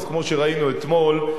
אז כמו שראינו אתמול,